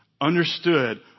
understood